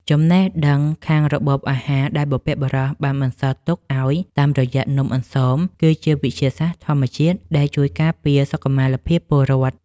ចំណេះដឹងខាងរបបអាហារដែលបុព្វបុរសបានបន្សល់ទុកឱ្យតាមរយៈនំអន្សមគឺ ជាវិទ្យាសាស្ត្រធម្មជាតិដែលជួយការពារសុខុមាលភាពពលរដ្ឋ។